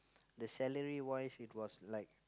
the salary wise it was like